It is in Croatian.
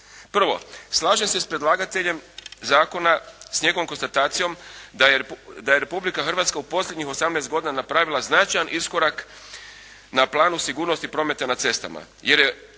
Prvo, slažem se s predlagateljem zakona, s njegovom konstatacijom da je Republika Hrvatska u posljednjih 18 godina napravila značajan iskorak na planu sigurnosti prometa na cestama